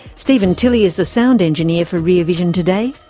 steven tilly is the sound engineer for rear vision today.